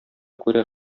күрә